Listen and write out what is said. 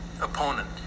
opponent